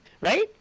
right